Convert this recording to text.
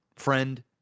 friend